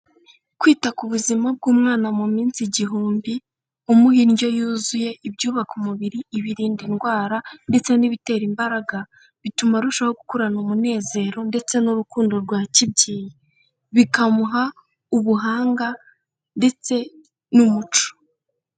Kwita ku buzima bw'umwana mu minsi igihumbi, umuha indyo yuzuye, ibyubaka umubiri, ibirinda indwara ndetse n'ibitera imbaraga, bituma arushaho gukurana umunezero ndetse n'urukundo rwa kibyeyi. Bikamuha ubuhanga ndetse n'umuco.